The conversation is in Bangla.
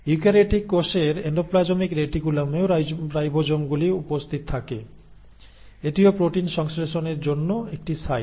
ইউক্যারিওটিক কোষের এন্ডোপ্লাজমিক রেটিকুলামেও রাইবোজোমগুলি উপস্থিত থাকে এটিও প্রোটিন সংশ্লেষণের জন্য একটি সাইট